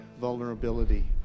vulnerability